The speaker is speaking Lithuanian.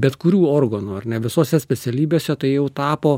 bet kurių organų ar ne visose specialybėse tai jau tapo